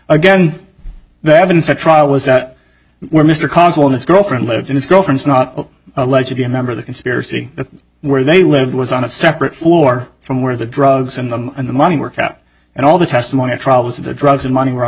again they haven't said trial was that where mr consul and his girlfriend lived in his girlfriend's not allegedly a member of the conspiracy where they lived was on a separate floor from where the drugs in them and the money work out and all the testimony at trial was that the drugs and money were on